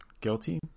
guilty